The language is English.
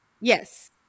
Yes